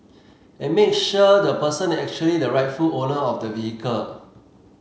and make sure the person is actually the rightful owner of the vehicle